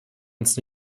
uns